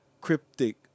Cryptic